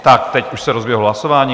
Tak teď už se rozběhlo hlasování.